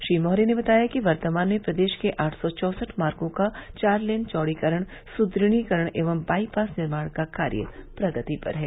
श्री मौर्य ने बताया कि वर्तमान में प्रदेश के आठ सौ चौसठ मार्गों का चार लेन चौड़ीकरण सुद्दढ़ीकरण एवं बाई पास निर्माण का कार्य प्रगति पर है